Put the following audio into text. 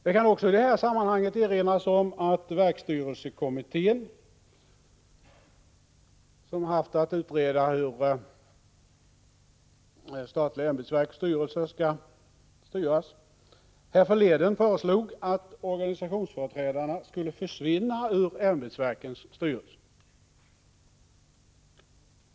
Det kan i det här sammanhanget också erinras om att verkstyrelsekommittén, som haft att utreda hur statliga ämbetsverks styrelser skall vara sammansatta, härförleden föreslog att organisationsföreträdarna skulle försvinna ur ämbetsverkens styrelser.